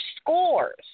scores